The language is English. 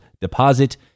deposit